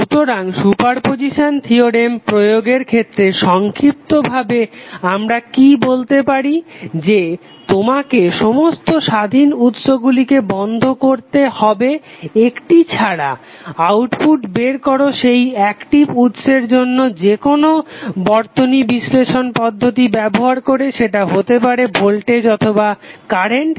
সুতরাং superposition theorem প্রয়োগের ক্ষেত্রে সংক্ষিপ্ত ভাবে আমরা কি বলতে পারি যে তোমাকে সমস্ত স্বাধীন উৎস গুলিকে বন্ধ করতে হবে একটি ছাড়া আউটপুট বের করো সেই অ্যাকটিভ উৎসের জন্য যেকোনো বর্তনী বিশ্লেষণের পদ্ধতি ব্যবহার করে সেটা হতে পারে ভোল্টেজ অথবা কারেন্ট